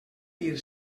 dir